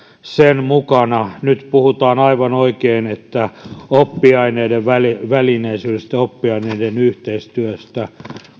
sen mukana nyt puhutaan aivan oikein oppiaineidenvälisyydestä oppiaineiden yhteistyöstä